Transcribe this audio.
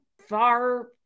far